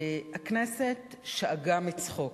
הכנסת שאגה מצחוק.